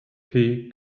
tee